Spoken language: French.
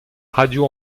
radio